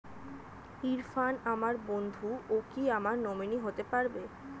ইরফান আমার বন্ধু ও কি আমার নমিনি হতে পারবে?